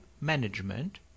management